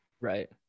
right